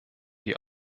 die